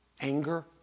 anger